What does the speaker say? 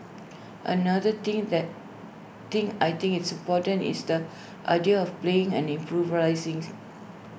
another thing that thing I think is important is the idea of playing and improvising